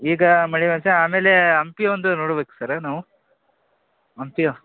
ಈಗ ಆಮೇಲೇ ಹಂಪಿ ಒಂದು ನೋಡ್ಬೇಕು ಸರ್ ನಾವು ಹಂಪಿಯ